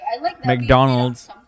McDonald's